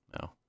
No